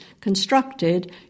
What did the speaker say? constructed